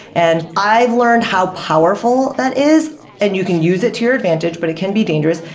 and i've learned how powerful that is and you can use it to your advantage, but it can be dangerous.